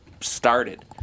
started